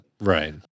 right